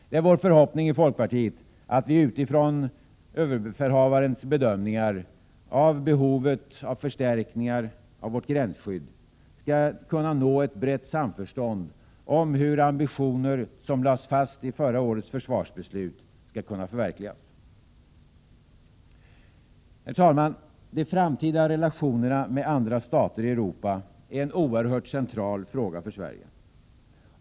Det är vår förhoppning i folkpartiet att vi utifrån överbefälhavarens bedömningar avseende behovet av förstärkningar av gränsskyddet skall kunna nå ett brett samförstånd om hur de ambitioner som lades fast i förra årets försvarsbeslut skall kunna förverkligas. Herr talman! De framtida relationerna med andra stater i Europa är en oerhört central fråga för Sverige.